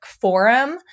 forum